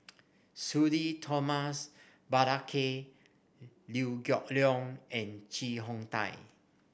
Sudhir Thomas Vadaketh Liew Geok Leong and Chee Hong Tat